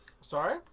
Sorry